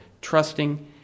trusting